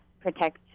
protect